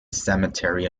cemetery